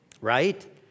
Right